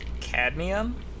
Cadmium